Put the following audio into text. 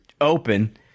open